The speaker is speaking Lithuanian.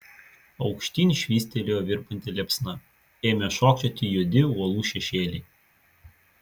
aukštyn švystelėjo virpanti liepsna ėmė šokčioti juodi uolų šešėliai